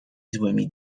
złymi